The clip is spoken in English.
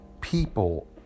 people